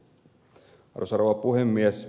arvoisa rouva puhemies